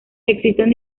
existen